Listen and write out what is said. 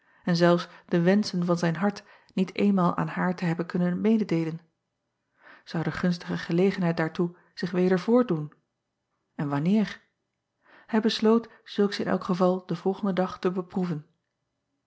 en zelfs de wenschen van zijn hart niet eenmaal aan haar te hebben kunnen mededeelen ou de gunstige gelegenheid daartoe zich weder voordoen n wanneer hij besloot zulks in elk geval den volgenden dag te beproeven